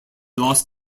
lost